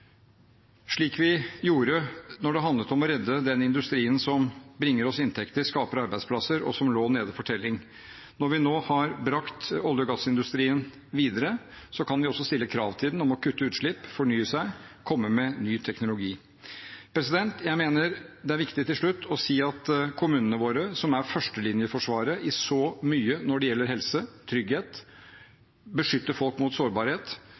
slik vi gjorde da det handlet om å redde den industrien som bringer oss inntekter, skaper arbeidsplasser, og som lå nede for telling. Når vi nå har brakt olje- og gassindustrien videre, kan vi også stille krav til den om å kutte utslipp, fornye seg, komme med ny teknologi. Jeg mener det til slutt er viktig å si at kommunene våre, som er førstelinjeforsvaret i så mye når det gjelder helse, trygghet og beskytte folk mot sårbarhet,